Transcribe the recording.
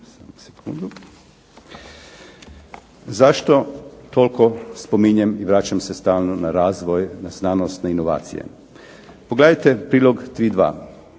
Zašto toliko spominjem i vraćam se stalno na razvoj, na znanost, na inovacije? Pogledajte prilog 3.2,